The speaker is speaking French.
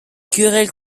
querelles